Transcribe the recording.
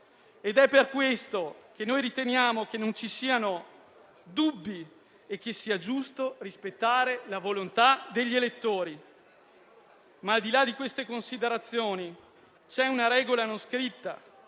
ed è per questo che riteniamo non ci siano dubbi e che sia giusto rispettare la volontà degli elettori. Al di là di queste considerazioni c'è però una regola non scritta,